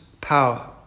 power